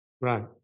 Right